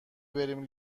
بریم